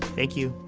thank you.